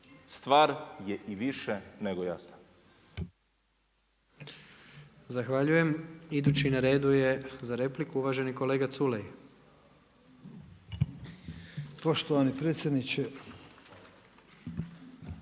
Stvar je i više nego jasna.